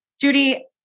Judy